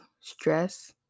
stress